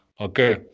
okay